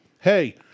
hey